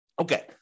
Okay